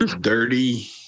dirty